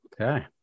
okay